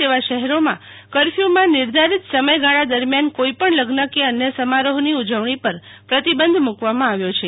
તેવા શહેરોમાં કર્ફર્યમાં નિર્ધારિત સમયગાળા દરમ્યાન કોઈપણ લગ્ન કે અન્ય સમારોહની ઉજવણી પર પ્રતિબંધ મુકવામાં આવ્યો છે